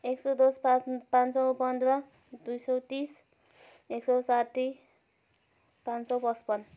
एक सौ दस पाँच सौ पन्ध्र दुई सौ तिस एक सौ साठी पाँच सौ पच्पन्न